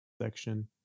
section